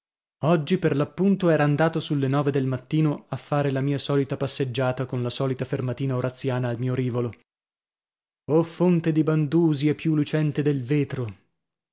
oggi per l'appunto era andato sulle nove del mattino a fare la mia solita passeggiata con la solita fermatina oraziana al mio rivolo o fonte di bandusia più lucente del vetro